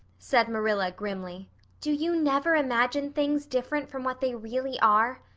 said marilla grimly. do you never imagine things different from what they really are?